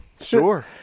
sure